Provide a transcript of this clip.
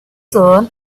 soon